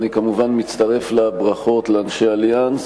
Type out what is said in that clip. אני כמובן מצטרף לברכות לאנשי "אליאנס".